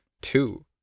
two